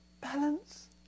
Balance